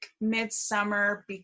Midsummer